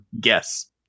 guess